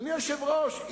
אדוני היושב-ראש,